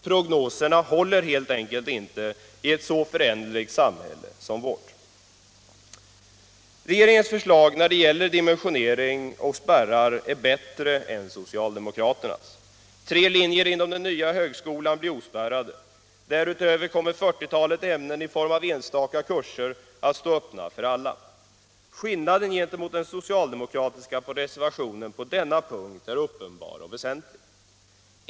Prognoserna håller helt enkelt inte i ett så föränderligt samhälle som vårt. Regeringens förslag när det gäller dimensionering och spärrar är bättre än socialdemokraternas. Tre linjer inom den nya högskolan blir ospärrade. Därutöver kommer fyrtiotalet ämnen i form av enstaka kurser att stå öppna för alla. Skillnaden gentemot den socialdemokratiska reservationen på denna punkt är uppenbar och väsentlig.